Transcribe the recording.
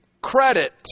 credit